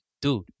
dude